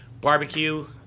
barbecue